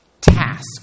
task